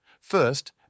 First